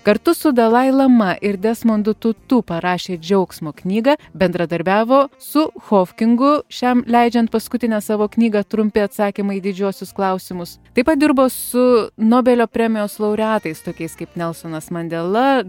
kartu su dalai lama ir desmondu tutu parašė džiaugsmo knygą bendradarbiavo su hofkingu šiam leidžiant paskutinę savo knygą trumpi atsakymai į didžiuosius klausimus taip pat dirbo su nobelio premijos laureatais tokiais kaip nelsonas mandela